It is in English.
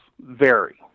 vary